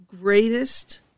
greatest